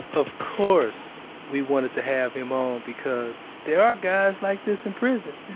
of course we wanted to have him on, because there are guys like this in prison,